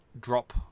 drop